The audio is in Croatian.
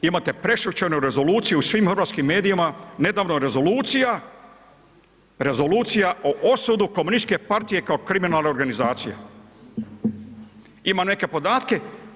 Imate prešućenu rezoluciju u svim hrvatskim medijima nedavno rezolucija, Rezolucija o osudi komunističke partije kao kriminalne organizacije ima neke podatke.